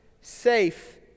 safe